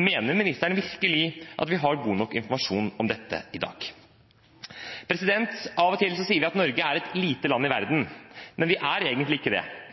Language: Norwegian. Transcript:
Mener ministeren virkelig at vi har god nok informasjon om dette i dag? Av og til sier vi at Norge er et lite land i verden. Men vi er egentlig ikke det,